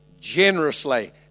generously